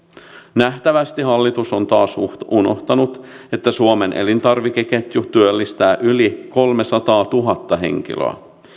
nähtävästi hallitus on taas unohtanut että suomen elintarvikeketju työllistää yli kolmesataatuhatta henkilöä